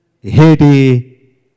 Haiti